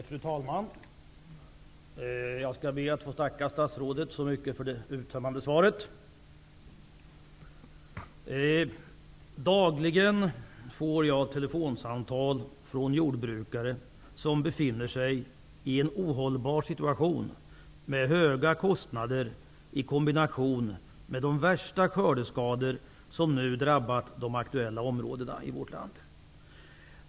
Fru talman! Jag skall be att få tacka statsrådet så mycket för det uttömmande svaret. Jag får dagligen telefonsamtal från jordbrukare som befinner sig i en ohållbar situation, med höga kostnader i kombination med de värsta skördeskador som nu drabbat de aktuella områdena i vårt land.